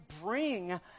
bring